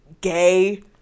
gay